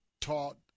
taught